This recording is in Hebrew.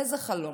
איזה חלום?